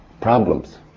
problems